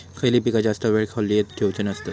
खयली पीका जास्त वेळ खोल्येत ठेवूचे नसतत?